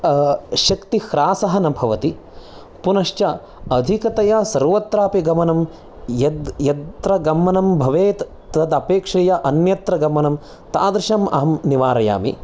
शक्ति ख्रासः न भवति पुनश्च अधिकतया सर्वत्र अपि गमनं यद् यत्र गमनं भवेत् तत् अपेक्षया अन्यत्र गमनं तादृशम् अहं निवारयामि